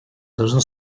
должно